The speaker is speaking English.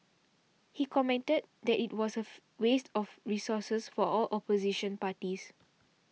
he commented that it was a waste of resources for all opposition parties